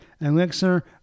Elixir